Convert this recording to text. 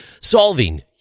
solving